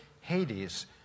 Hades